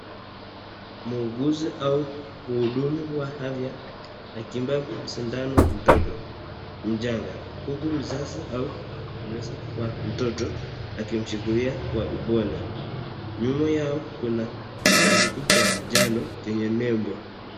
Muuguzi au mhudumu wa afya akimpa sindano mtoto mchanga huku mzazi au mlezi wa mtoto akishikilia kwa upole, Nyuma yao kuna kisanduku cha njano chenye nembo.